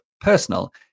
personal